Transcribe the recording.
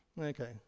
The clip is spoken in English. Okay